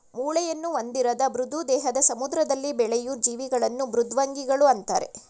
ಮೂಳೆಯನ್ನು ಹೊಂದಿರದ ಮೃದು ದೇಹದ ಸಮುದ್ರದಲ್ಲಿ ಬೆಳೆಯೂ ಜೀವಿಗಳನ್ನು ಮೃದ್ವಂಗಿಗಳು ಅಂತರೆ